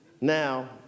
Now